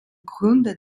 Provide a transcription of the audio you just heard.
gründer